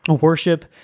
worship